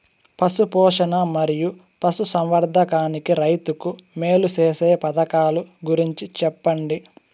పశు పోషణ మరియు పశు సంవర్థకానికి రైతుకు మేలు సేసే పథకాలు గురించి చెప్పండి?